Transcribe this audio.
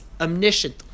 omniscient